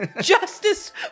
Justice